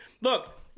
look